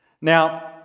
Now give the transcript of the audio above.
Now